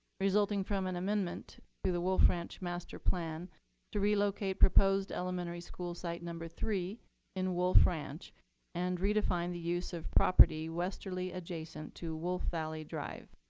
resulting from an amendment to the wolf ranch master plan to relocate proposed elementary schools site number three in wolf ranch and redefine the use of property westerly adjacent to wolf valley drive.